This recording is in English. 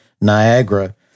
Niagara